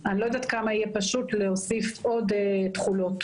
לא יודעת כמה יהיה פשוט להוסיף עוד תחולות.